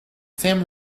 seam